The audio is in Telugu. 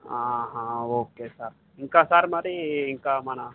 ఓకే సార్ ఇంకా సార్ మరి ఇంకా మన